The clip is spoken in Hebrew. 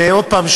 ועוד פעם,